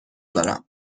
دارم